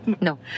No